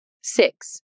Six